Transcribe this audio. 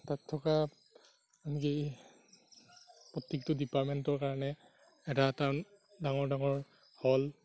তাত থকা আনকি প্ৰত্যেকটো ডিপাৰ্টমেণ্টৰ কাৰণে এটা এটা ডাঙৰ ডাঙৰ হল